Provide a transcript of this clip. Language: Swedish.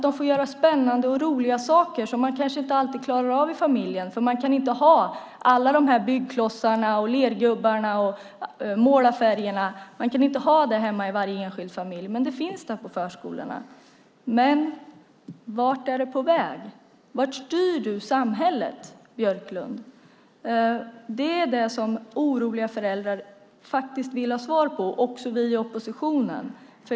De får göra spännande och roliga saker som man kanske inte alltid klarar av i familjen där man inte kan ha alla slags byggklossar, lergubbar och målarfärger. Man kan inte ha dem i varje enskild familj, men de finns på förskolorna. Vart är du på väg? Vart styr du samhället, Björklund? Det är det som oroliga föräldrar vill ha svar på och också vi i oppositionen.